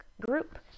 group